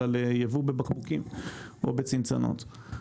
אלא לייבוא בבקבוקים או בצנצנות.